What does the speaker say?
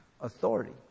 authority